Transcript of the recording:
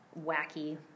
wacky